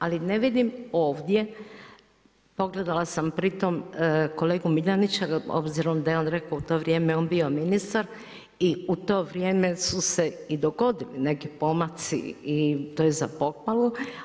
Ali ne vidim ovdje, pogledala sam pritom kolegu Miljanića obzirom da je on rekao u to vrijeme je on bio ministar i u to vrijeme su se i dogodili neki pomaci i to je za pohvalu.